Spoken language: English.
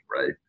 right